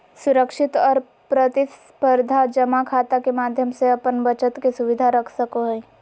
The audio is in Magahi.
सुरक्षित और प्रतिस्परधा जमा खाता के माध्यम से अपन बचत के सुरक्षित रख सको हइ